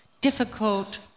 difficult